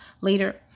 later